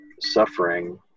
suffering